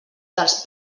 dels